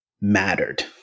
mattered